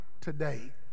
today